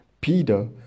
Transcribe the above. Peter